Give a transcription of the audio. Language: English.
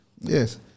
Yes